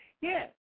Yes